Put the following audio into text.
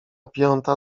piąta